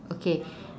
okay